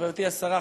חברתי השרה,